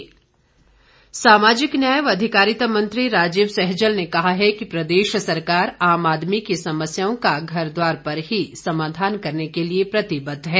सैजल सामाजिक न्याय व अधिकारिता मंत्री राजीव सहजल ने कहा है कि प्रदेश सरकार आम आदमी की समस्याओं का घर द्वार पर ही समाधान करने के लिए प्रतिबद्ध है